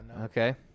Okay